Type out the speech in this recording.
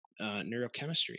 neurochemistry